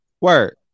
Word